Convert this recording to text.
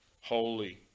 holy